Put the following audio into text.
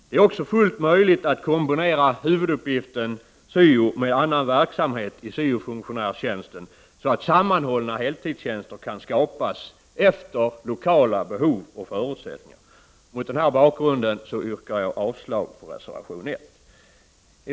Det är också fullt möjligt att kombinera huvuduppgiften syo med annan verksamhet i syofunktionärstjänsten, så att sammanhållna heltidstjänster kan skapas efter lokala behov och förutsättningar. Mot denna bakgrund yrkar jag avslag på reservation 1.